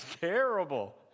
terrible